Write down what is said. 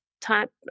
type